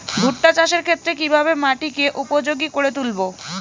ভুট্টা চাষের ক্ষেত্রে কিভাবে মাটিকে উপযোগী করে তুলবো?